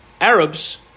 Arabs